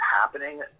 happening